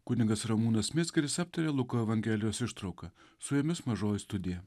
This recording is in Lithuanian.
kunigas ramūnas mizgiris aptarė luko evangelijos ištrauką su jumis mažoji studija